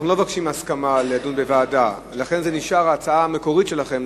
אנחנו לא מבקשים הסכמה לדון בוועדה ולכן נשארת ההצעה המקורית שלכם,